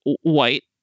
white